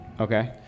Okay